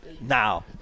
now